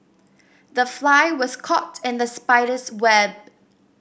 the fly was caught in the spider's web